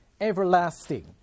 everlasting